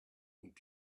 und